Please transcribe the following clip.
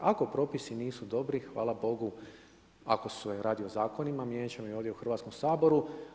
Ako propisi nisu dobri hvala Bogu ako se radi o zakonima mijenjat ćemo ih ovdje u Hrvatskom saboru.